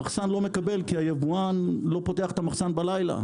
המחסן לא מקבל כי היבואן לא פותח את המחסן בלילה.